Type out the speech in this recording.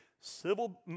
civil